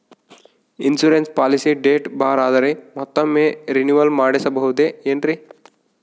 Insurance policy date ಬಾರ್ ಆದರೆ ಮತ್ತೊಮ್ಮೆ ರಿನಿವಲ್ ಮಾಡಿಸಬಹುದೇ ಏನ್ರಿ?